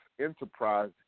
Enterprise